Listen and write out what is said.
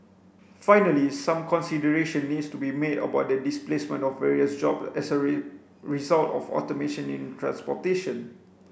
finally some consideration needs to be made about the displacement of various job as a result of automation in transportation